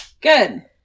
Good